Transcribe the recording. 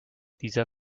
dieser